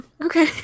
Okay